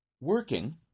working